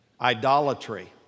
Idolatry